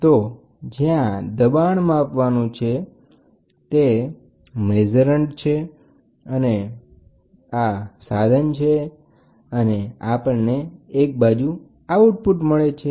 તો આ દબાણ છે જે માપવાનું છે તે માપન છે અને આ સાધન કે ટ્રાન્સડ્યુસર છે અને આ આઉટપુટ છે